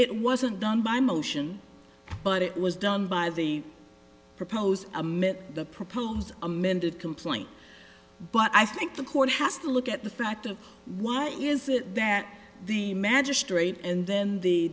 it wasn't done by motion but it was done by the proposed amid the proposed amended complaint but i think the court has to look at the fact of why is it that the magistrate and then the